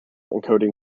encoding